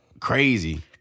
Crazy